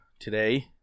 today